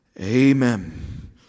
Amen